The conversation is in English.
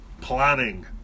planning